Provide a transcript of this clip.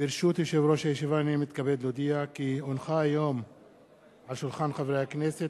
חוק ומשפט, לא לוועדת חוקה, לוועדת הכנסת.